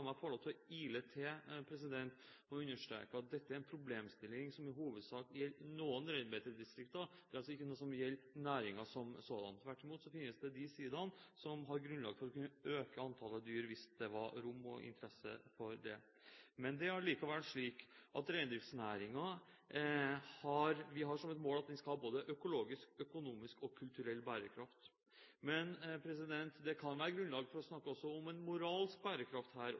meg ile til og understreke at dette er en problemstilling som i hovedsak gjelder noen reinbeitedistrikter, det er altså ikke noe som gjelder næringen som sådan. Tvert imot finnes det de sidaene som har grunnlag for å kunne øke antallet dyr, hvis det var rom og interesse for det. Det er allikevel slik at vi har som et mål at reindriftsnæringen skal ha både økologisk, økonomisk og kulturell bærekraft. Men det kan være grunnlag for å snakke også om en moralsk bærekraft her,